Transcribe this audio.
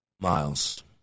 Miles